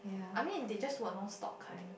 I mean they just work non stop kind